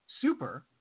super